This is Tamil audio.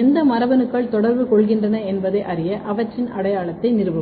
எந்த மரபணுக்கள் தொடர்பு கொள்கின்றன என்பதை அறிய அவற்றின் அடையாளத்தை நிறுவவும்